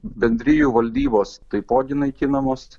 bendrijų valdybos taipogi naikinamos